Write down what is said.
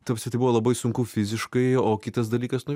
ta prasme tai buvo labai sunku fiziškai o kitas dalykas nu